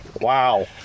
Wow